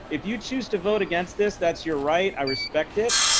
if you choose to vote against this. that's your right, i respect it.